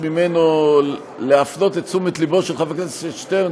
מנזר השתקנים,